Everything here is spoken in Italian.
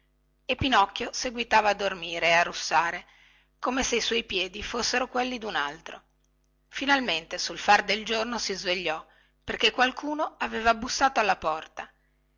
e pinocchio seguitava a dormire e a russare come se i suoi piedi fossero quelli dun altro finalmente sul far del giorno si svegliò perché qualcuno aveva bussato alla porta